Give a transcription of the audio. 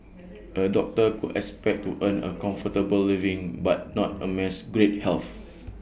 A doctor could expect to earn A comfortable living but not amass great health